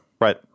right